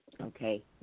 okay